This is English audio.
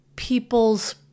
people's